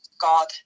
God